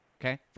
okay